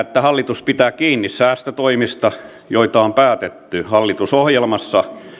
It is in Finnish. että hallitus pitää kiinni säästötoimista joita on päätetty hallitusohjelmassa